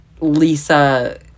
Lisa